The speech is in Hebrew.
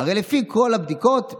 הרי לפי כל הבדיקות,